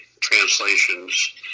translations